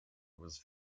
was